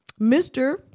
mr